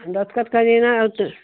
दस्तख़त करिए ना तो